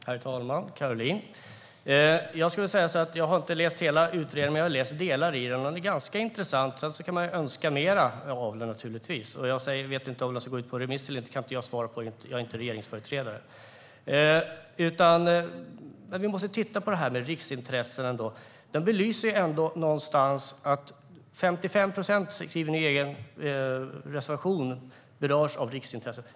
Herr talman! Caroline! Jag har inte läst hela utredningen, men jag har läst delar av den. Den är ganska intressant. Sedan kan man naturligtvis alltid önska mer av den. Jag kan inte svara på om den ska gå ut på remiss eller inte, för jag är inte regeringsföreträdare. Vi måste titta på det här med riksintressen. Utredningen belyser att 55 procent av marken berörs av riksintressen, som jag skriver i min egen reservation.